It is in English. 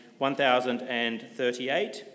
1038